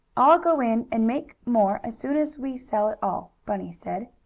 i'll go in and make more as soon as we sell it all, bunny said.